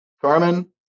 Carmen